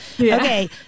okay